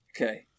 Okay